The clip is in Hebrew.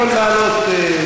אדוני יכול לעלות,